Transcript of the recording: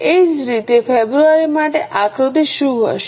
એ જ રીતે ફેબ્રુઆરી માટે આકૃતિ શું હશે